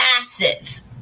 masses